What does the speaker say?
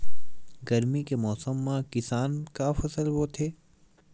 गरमी के मौसम मा किसान का फसल बोथे?